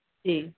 जी